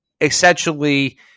essentially